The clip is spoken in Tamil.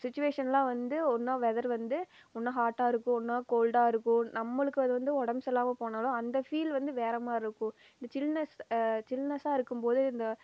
சுச்சுவேஷனெலாம் வந்து ஒன்றா வெதர் வந்து ஒரு நாள் ஹாட்டாக இருக்கும் ஒரு நாள் கோல்ட்டாக இருக்கும் நம்மளுக்கு அது வந்து உடம்பு சரி இல்லாமல் போனாலும் அந்த ஃபீல் வந்து வேறு மாதிரி இருக்கும் இந்த ஜில்னஸ் ஜில்னஸ்ஸாக இருக்கும் போது இந்த